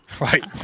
Right